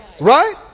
right